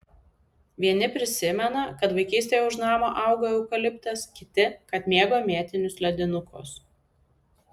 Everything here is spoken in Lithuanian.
vieni prisimena kad vaikystėje už namo augo eukaliptas kiti kad mėgo mėtinius ledinukus